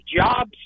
jobs